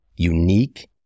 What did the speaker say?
unique